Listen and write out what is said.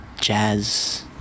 jazz